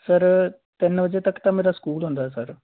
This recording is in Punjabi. ਸਰ ਤਿੰਨ ਵਜੇ ਤੱਕ ਤਾਂ ਮੇਰਾ ਸਕੂਲ ਹੁੰਦਾ ਸਰ